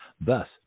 Thus